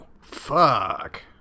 fuck